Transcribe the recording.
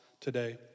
today